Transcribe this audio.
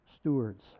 Stewards